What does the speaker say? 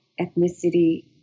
ethnicity